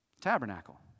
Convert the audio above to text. Tabernacle